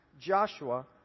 Joshua